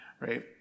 right